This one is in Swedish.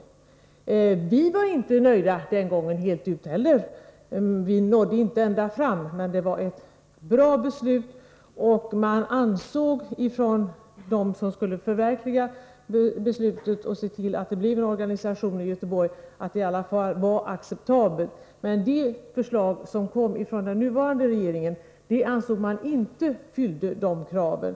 Inte heller vi var den gången helt nöjda — vi nådde inte ända fram, men det var ett bra beslut. De som skulle förverkliga beslutet och se till att det blev en organisation i Göteborg ansåg att beslutet i alla fall var acceptabelt. Men det förslag som kom från den nuvarande regeringen ansåg man inte fyllde kraven.